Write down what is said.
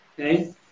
okay